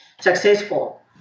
successful